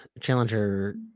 Challenger